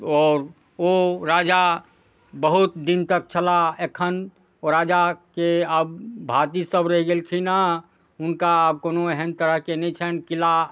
आओर ओ राजा बहुत दिनतक छलाह एखन ओ राजाके आब भातिजसब रहि गेलखिन हँ हुनका आब कोनो एहन तरहके नहि छनि किला